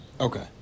Okay